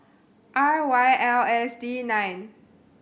R Y L S D nine